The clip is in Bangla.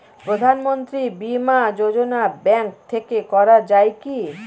প্রধানমন্ত্রী বিমা যোজনা ব্যাংক থেকে করা যায় কি?